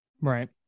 Right